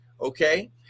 Okay